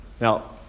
Now